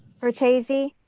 cortese,